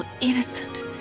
innocent